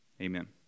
Amen